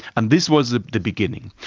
and this was the the beginning.